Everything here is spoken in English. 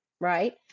right